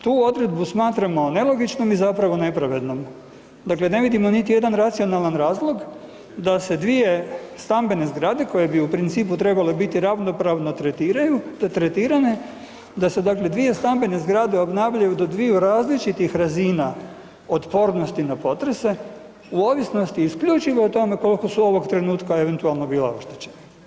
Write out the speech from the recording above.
Tu odredbu smatramo nelogičnom i zapravo nepravednom, dakle ne vidimo niti jedan racionalan razlog da se dvije stambene zgrade koje bi u principu trebale biti ravnopravno tretirane da se dakle, dvije stambene zgrade obnavljaju do dviju različiti razina otpornosti na potrese u ovisnosti isključivo o tome kolko su ovog trenutka bila eventualno bila oštećena.